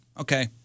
okay